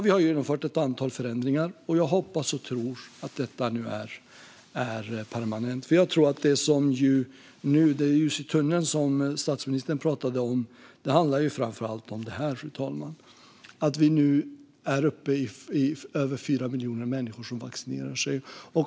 Vi har genomfört ett antal förändringar, och jag hoppas och tror att detta nu är permanent. Det ljus i tunneln som statsministern pratade om handlar framför allt om att vi nu är uppe i över 4 miljoner människor som vaccinerar sig.